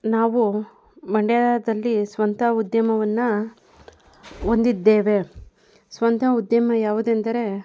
ನಾವು ಮಂಡ್ಯದಲ್ಲಿ ಸ್ವಂತ ಉದ್ಯಮವನ್ನು ಹೊಂದಿದ್ದೇವೆ ಸ್ವಂತ ಉದ್ಯಮ ಯಾವುದೆಂದರೆ